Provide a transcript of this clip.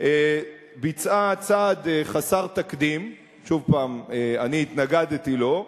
ביצעה צעד חסר תקדים, שוב, אני התנגדתי לו,